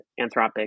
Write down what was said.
Anthropic